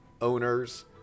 owners